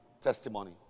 testimony